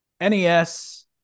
nes